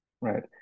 right